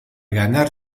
ganar